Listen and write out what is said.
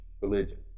religion